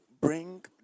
bring